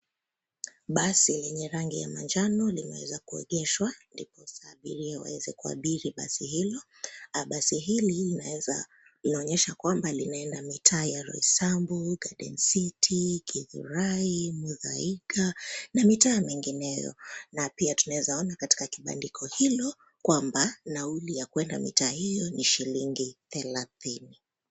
Basi lenye rangi ya manjano limeweza kuegeshwa ndiposa abiria waweze kuabiri basi hilo. Basi hili limeweza linaonyesha kwamba linaenda mitaa ya Roysambu, Garden City, Githurai, Muthaiga na mitaa mingineo. Na pia tunaweza ona katika kibandiko hilo kwamba nauli ya kwenda mitaa hiyo ni shilingi thelathini.